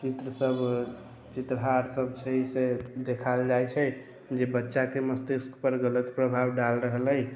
चित्र सब चित्रहार सब छै से देखाइल जाइ छै जे बच्चाके मस्तिष्कपर गलत प्रभाव डालि रहल अइ